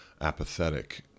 apathetic